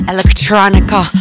Electronica